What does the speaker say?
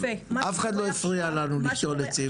אף אחד לא הפריע לנו לשתול עצים.